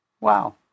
Wow